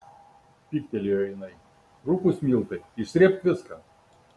pyktelėjo jinai rupūs miltai išsrėbk viską